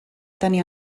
tenir